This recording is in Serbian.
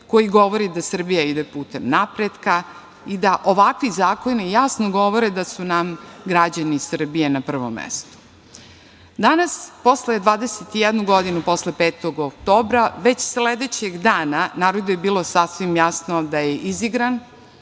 koji govori da Srbija ide putem napretka i da ovakvi zakoni jasno govore da su nam građani Srbije na prvom mestu. Danas, posle 21 godinu, posle 5. oktobra, već sledećeg dana narodu je bilo sasvim jasno da je izigran,